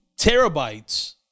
terabytes